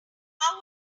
how